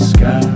Sky